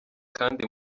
kandi